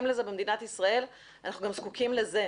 לזה במדינת ישראל אנחנו גם זקוקים לזה,